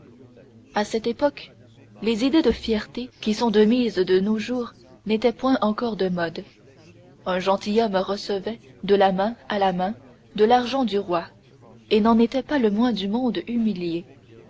à cette époque les idées de fierté qui sont de mise de nos jours n'étaient point encore de mode un gentilhomme recevait de la main à la main de l'argent du roi et n'en était pas le moins du monde humilié